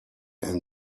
and